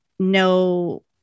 No